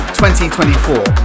2024